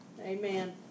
Amen